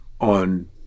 on